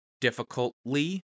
difficultly